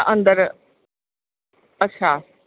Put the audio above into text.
अंदर अच्छा